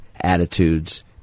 attitudes